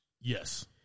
Yes